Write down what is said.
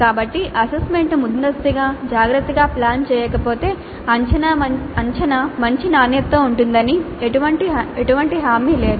కాబట్టి అసెస్మెంట్ను ముందస్తుగా జాగ్రత్తగా ప్లాన్ చేయకపోతే అంచనా మంచి నాణ్యతతో ఉంటుందని ఎటువంటి హామీ లేదు